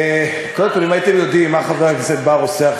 מה קרה?